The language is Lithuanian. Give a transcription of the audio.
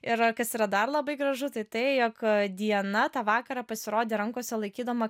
ir kas yra dar labai gražu tai tai jog diana tą vakarą pasirodė rankose laikydama